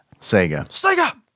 Sega